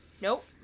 Nope